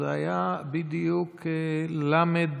זה היה בדיוק ל'